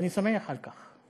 ואני שמח על כך.